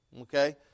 Okay